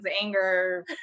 anger